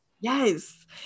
Yes